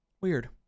Weird